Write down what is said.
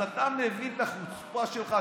אז אתה מבין את החוצפה שלך?